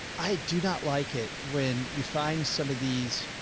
i do not like it. when you find some of these.